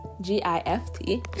G-I-F-T